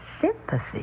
Sympathy